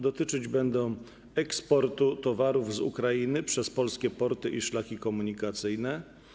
Dotyczyć będą eksportu towarów z Ukrainy przez polskie porty i szlaki komunikacyjne.